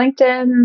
LinkedIn